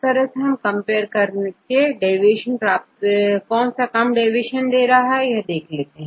अब इन लोगों कंपेयर करने पर कौन सा कम डेविएशन प्रदर्शित करता है